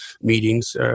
meetings